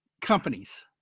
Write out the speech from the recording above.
companies